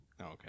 Okay